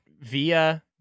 via